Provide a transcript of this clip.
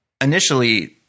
initially